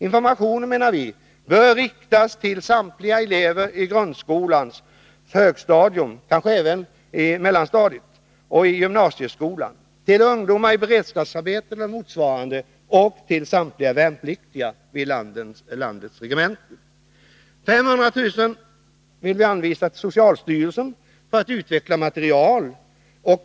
Informationen bör riktas till samtliga elever vid grundskolans högstadium och kanske även mellanstadium samt i gymnasieskolan, till ungdomar i beredskapsarbete eller motsva Ytterligare 500 000 kr.